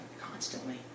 constantly